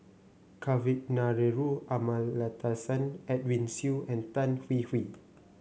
Kavignareru Amallathasan Edwin Siew and Tan Hwee Hwee